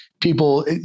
people